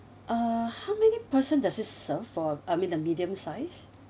uh how many person does this serve for I mean the medium size